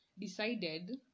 decided